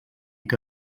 que